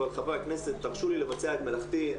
חברי הכנסת, תרשו לי לבצע את מלאכתי.